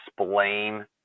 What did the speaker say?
explain